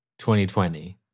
2020